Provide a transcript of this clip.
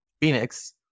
Phoenix